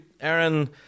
Aaron